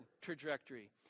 trajectory